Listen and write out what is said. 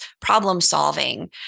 problem-solving